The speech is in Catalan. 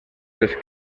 les